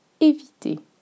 Éviter